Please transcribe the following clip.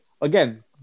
Again